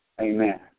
Amen